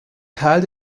teil